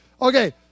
okay